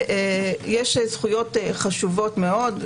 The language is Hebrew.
יש זכויות חשובות מאוד,